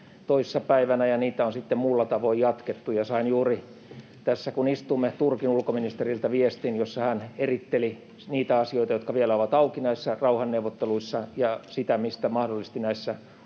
toissa päivänä, ja niitä on sitten muulla tavoin jatkettu. Sain juuri tässä, kun istumme, Turkin ulkoministeriltä viestin, jossa hän eritteli niitä asioita, jotka vielä ovat auki näissä rauhanneuvotteluissa, ja sitä, mikä mahdollisesti näissä